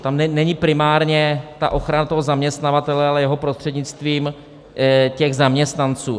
Tam není primárně ochrana zaměstnavatele, ale jeho prostřednictvím těch zaměstnanců.